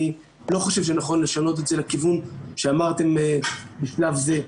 אני לא חושב שנכון לשנות את זה לכיוון שאמרתם בשלב זה.